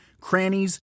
crannies